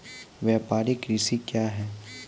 व्यापारिक कृषि क्या हैं?